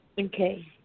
okay